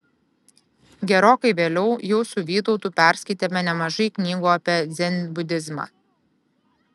gerokai vėliau jau su vytautu perskaitėme nemažai knygų apie dzenbudizmą